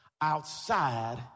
outside